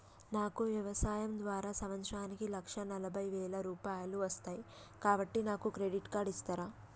నాకు వ్యవసాయం ద్వారా సంవత్సరానికి లక్ష నలభై వేల రూపాయలు వస్తయ్, కాబట్టి నాకు క్రెడిట్ కార్డ్ ఇస్తరా?